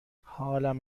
حالم